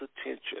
attention